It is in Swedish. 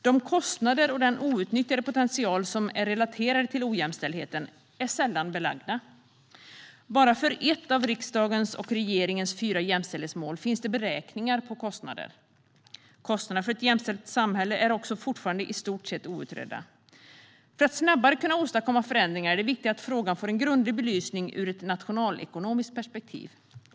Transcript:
De kostnader och den outnyttjade potential som är relaterade till ojämställdheten är sällan belagda. Bara för ett av riksdagens och regeringens fyra jämställdhetsmål finns det beräkningar av kostnader. Kostnaderna för ett jämställt samhälle är också fortfarande i stort sett outredda. För att snabbare kunna åstadkomma förändringar är det viktigt att frågan får en grundlig belysning ur ett nationalekonomiskt perspektiv.